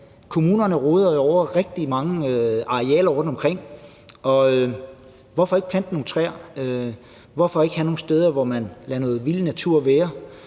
Kommunerne råder jo over rigtig mange arealer rundtomkring, og hvorfor ikke plante nogle træer? Hvorfor ikke have nogle steder, hvor man lader noget vild natur være?